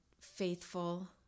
faithful